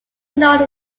known